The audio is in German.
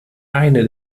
eine